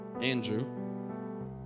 Andrew